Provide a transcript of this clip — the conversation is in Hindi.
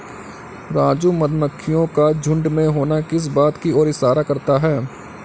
राजू मधुमक्खियों का झुंड में होना किस बात की ओर इशारा करता है?